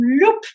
loop